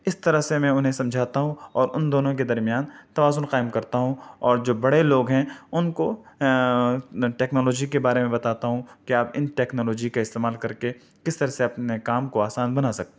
اِس طرح سے میں اُنہیں سمجھاتا ہوں اور اُن دونوں کے درمیان توازُن قائم کرتا ہوں اور جو بڑے لوگ ہیں اُن کو ٹیکنالوجی کے بارے میں بتاتا ہوں کہ آپ اِن ٹیکنالوجی کا استعمال کر کے کس طرح سے اپنے کام کو آسان بنا سکتے ہیں